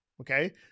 okay